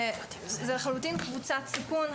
זו לחלוטין קבוצת סיכון.